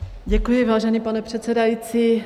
Děkuji, vážený pane předsedající.